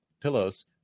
pillows